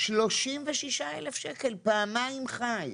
36,000 שקל, פעמיים ח"י.